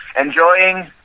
enjoying